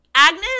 Agnes